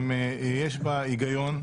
גם יש בה היגיון,